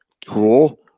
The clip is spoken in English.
tool